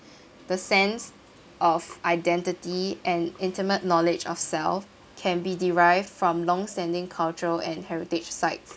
the sense of identity and intimate knowledge of self can be derived from long standing cultural and heritage sites